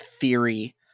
theory